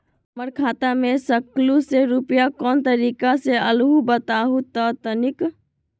हमर खाता में सकलू से रूपया कोन तारीक के अलऊह बताहु त तनिक?